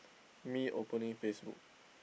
me opening Facebook